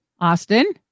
Austin